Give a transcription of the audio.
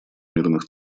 мирных